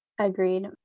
Agreed